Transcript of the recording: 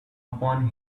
upon